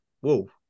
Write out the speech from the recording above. whoa